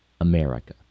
America